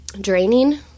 draining